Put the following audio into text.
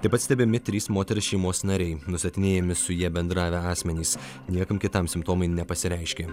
taip pat stebimi trys moters šeimos nariai nustatinėjami su ja bendravę asmenys niekam kitam simptomai nepasireiškė